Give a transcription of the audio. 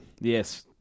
Yes